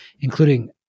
including